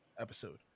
episode